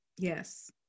Yes